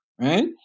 right